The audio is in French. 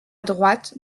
droite